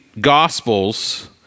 Gospels